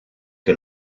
que